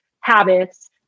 habits